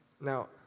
Now